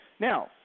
Now